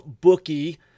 Bookie